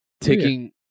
taking